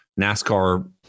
NASCAR